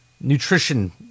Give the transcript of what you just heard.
nutrition